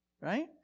Right